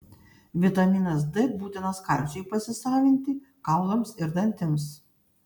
vitaminas d būtinas kalciui pasisavinti kaulams ir dantims